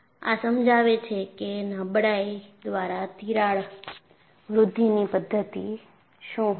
આ સમજાવે છે કે નબળાઈ દ્વારા તિરાડ વૃદ્ધિની પદ્ધતિ શું છે